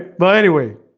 but anyway